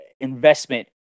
investment